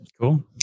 Cool